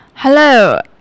Hello